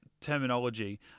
terminology